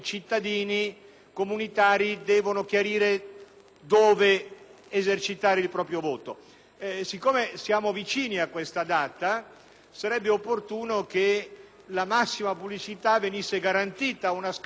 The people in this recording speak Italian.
esercitare il proprio voto. Poiché siamo vicini a questa data, sarebbe opportuno che la massima pubblicità venisse garantita ad una scadenza di questa natura.